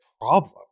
problem